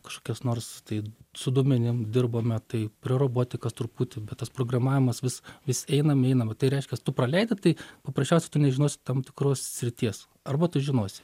kažkokias nors tai su duomenim dirbame tai prie robotikos truputį bet tas programavimas vis vis einam einam va tai reiškias tu praleidi tai paprasčiausiai tu nežinosi tam tikros srities arba tu žinosi